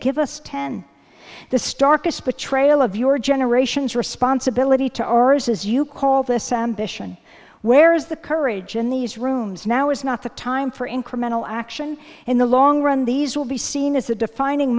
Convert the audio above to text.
give us ten the starkest betrayal of your generation's responsibility to ours as you call this ambition where is the courage in these rooms now is not the time for incremental action in the long run these will be seen as the defining